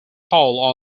hall